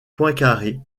poincaré